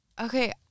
okay